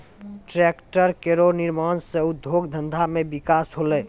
tractor केरो निर्माण सँ उद्योग धंधा मे बिकास होलै